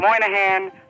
Moynihan